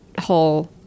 whole